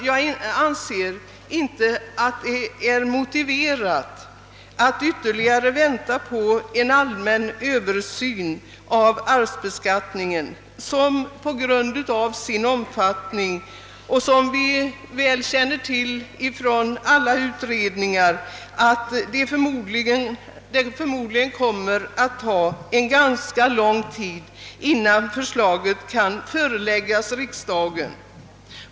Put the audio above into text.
Jag anser inte att det är motiverat att ytterligare vänta på en allmän översyn av arvsbeskattningen. På grund av ämnets omfattning — det känner vi väl till från alla utredningar — kommer det förmodligen att ta ganska lång tid innan förslag kan föreläggas riksdagen.